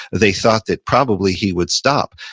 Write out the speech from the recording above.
they thought that probably he would stop.